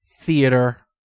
theater